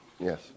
Yes